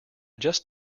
just